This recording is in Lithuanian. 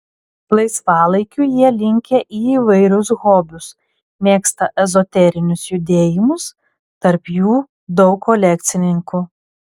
laisvalaikiu jie linkę į įvairius hobius mėgsta ezoterinius judėjimus tarp jų daug kolekcininkų